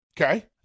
Okay